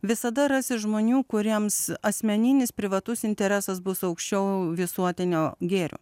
visada rasi žmonių kuriems asmeninis privatus interesas bus aukščiau visuotinio gėrio